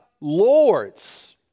Lord's